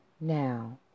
Now